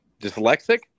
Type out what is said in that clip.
Dyslexic